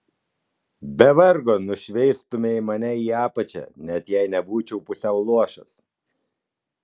be vargo nušveistumei mane į apačią net jei nebūčiau pusiau luošas